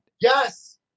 yes